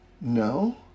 no